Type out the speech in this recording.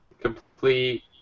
Complete